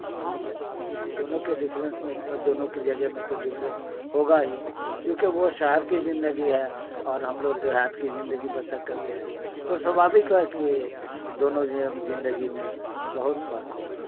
اب ہم دونوں کے ڈفرینس میں دونوں کی جگہ میں تو ڈفرینس ہوگا ہی چونکہ وہ شہر کی زندگی ہے اور ہم لوگ دیہات کی زندگی بسر کرتے ہیں تو سوبھاوک ہے کہ دونوں زندگی میں بہت فرق ہوگا